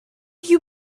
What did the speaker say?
you